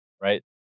right